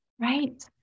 Right